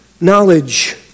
knowledge